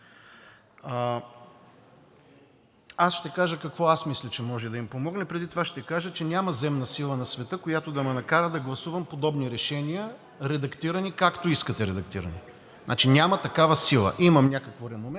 Ще кажа какво мисля, че може да им помогне. Преди това ще кажа, че няма земна сила на света, която да ме накара да гласувам подобни решения, редактирани – както искате редактирани. Няма такава сила. Имам някакво реноме,